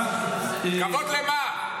כבוד למה?